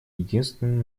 единственным